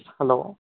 hello